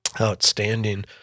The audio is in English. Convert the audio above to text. Outstanding